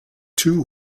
two